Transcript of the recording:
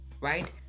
right